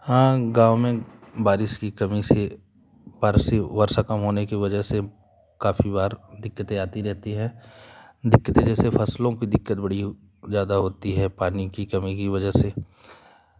हाँ गाँव में बारिश की कमी से वर्षा वर्षा कम होने कि वजह से काफी बार दिक्कतें आती रहती हैं दिक्कत जैसे फसलों की दिक्कत बड़ी ज्यादा होती है पानी की कमी की वजह से